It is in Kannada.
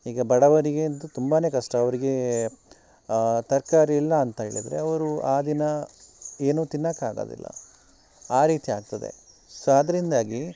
ಈಗ ಬಡವರಿಗೆ ಅಂತು ತುಂಬನೇ ಕಷ್ಟ ಅವರಿಗೆ ತರಕಾರಿ ಇಲ್ಲ ಅಂತ ಹೇಳಿದರೆ ಅವರು ಆ ದಿನ ಏನೂ ತಿನ್ನೋಕ್ಕಾಗೋದಿಲ್ಲ ಆ ರೀತಿ ಆಗ್ತದೆ ಸೊ ಅದರಿಂದಾಗಿ